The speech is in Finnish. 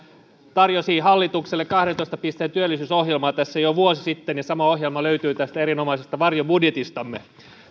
tarjosi hallitukselle kahteentoista pisteen työllisyysohjelmaa tässä jo vuosi sitten ja sama ohjelma löytyy tästä erinomaisesta varjobudjetistamme